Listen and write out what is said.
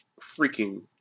freaking